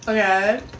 Okay